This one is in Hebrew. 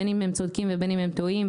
בין אם הם צודקים ובין אם הם טועים,